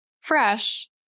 fresh